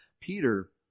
Peter